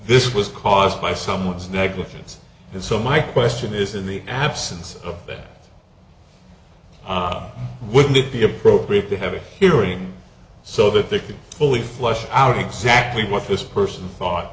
this was caused by someone's negligence and so my question is in the absence of that i wouldn't it be appropriate to have a hearing so that they can fully fleshed out exactly what this person thought